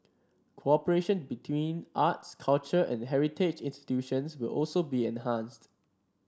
cooperation between arts culture and heritage institutions will also be enhanced